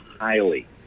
highly